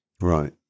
Right